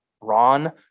Ron